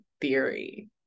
theory